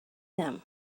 them